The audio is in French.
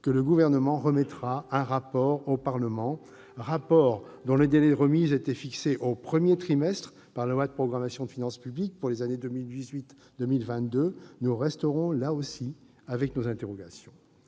que le Gouvernement remettra un rapport au Parlement, rapport dont le délai de remise était fixé au premier trimestre par la loi de programmation des finances publiques pour les années 2018-2022. Nous resterons, là aussi, avec nos interrogations.